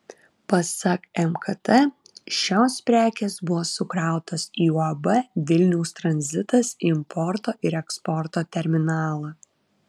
pasak mkt šios prekės buvo sukrautos į uab vilniaus tranzitas importo ir eksporto terminalą